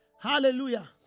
hallelujah